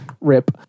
Rip